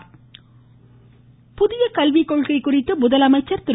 பாண்டியராஜன் புதிய கல்விக்கொள்கை குறித்து முதலமைச்சர் திரு